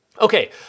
Okay